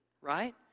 right